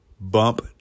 BUMP